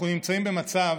אנחנו נמצאים במצב